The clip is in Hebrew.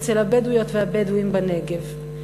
אצל הבדואיות והבדואים בנגב.